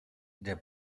der